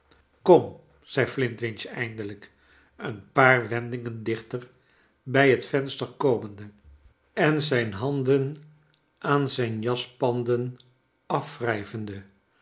kom zei flintwinch eindelijk een paar wendingen dichter bij het venster komende en zijn handen aan zijn jaspanden